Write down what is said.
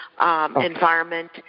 environment